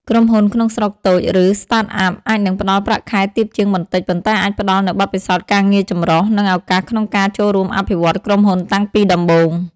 ក្រុមហ៊ុនក្នុងស្រុកតូច ឬ Startup អាចនឹងផ្តល់ប្រាក់ខែទាបជាងបន្តិច ប៉ុន្តែអាចផ្តល់នូវបទពិសោធន៍ការងារចម្រុះ និងឱកាសក្នុងការចូលរួមអភិវឌ្ឍក្រុមហ៊ុនតាំងពីដំបូង។